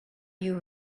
you